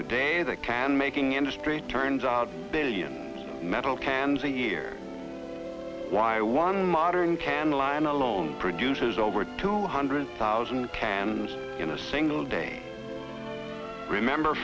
today the can making industry turns out billions metal cans a year why one modern can line alone produces over two hundred thousand cans in a single day remember